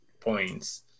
points